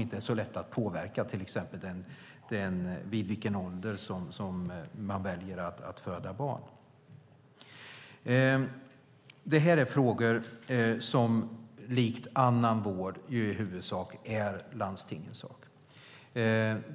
inte är så lätta att påverka, till exempel vid vilken ålder som man väljer att föda barn. Det här är frågor som, liksom annan vård, i huvudsak är landstingets sak.